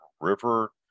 River